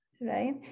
right